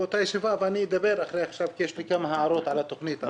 אני אדבר אחרי החשב כי יש לי כמה הערות על התכנית.